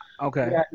Okay